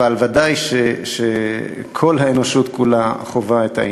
אבל ודאי שכל האנושות כולה חווה את העניין.